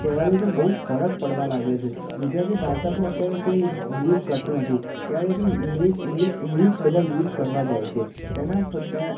કહેવા જાય તો બહુ ફરક પડવા લાગ્યો છે ગુજરાતી ભાષા બી અત્યારે કોઈ યુઝ કરતું નથી કહેવા જાય તો ઇંગ્લિસ ઇંગ્લિસ ઇંગ્લિસ બધા યુઝ કરવા જાય છે તેના ફટ તેના